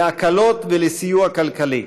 להקלות ולסיוע כלכלי,